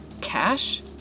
cash